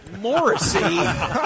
Morrissey